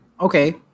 Okay